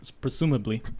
presumably